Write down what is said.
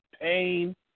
pain